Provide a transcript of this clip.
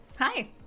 Hi